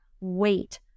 wait